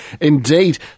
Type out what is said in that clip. indeed